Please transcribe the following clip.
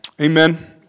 Amen